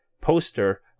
poster